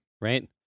Right